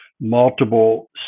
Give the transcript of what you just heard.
multiple